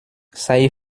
sei